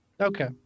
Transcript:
Okay